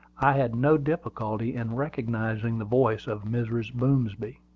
i had no difficulty in recognizing the voice of mrs. boomsby.